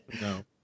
No